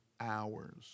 hours